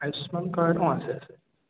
Ayushman card অঁ আছে আছে